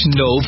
no